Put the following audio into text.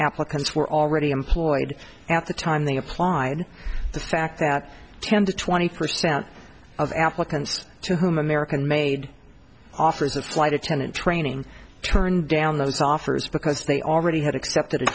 applicants were already employed at the time they applied the fact that ten to twenty percent of applicants to whom american made offers of flight attendant training turned down those offers because they already had accepted a